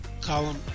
column